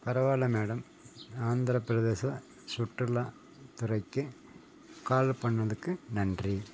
பரவாயில்லை மேடம் ஆந்திர பிரதேச சுற்றுலா துறைக்கு கால் பண்ணிணதுக்கு நன்றி